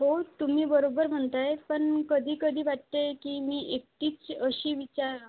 हो तुम्ही बरोबर म्हणताय पण कधी कधी वाटते की मी एकटीच अशी विचार